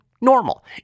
normal